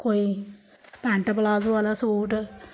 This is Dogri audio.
कोई पैंट प्लाजो आह्ला सूट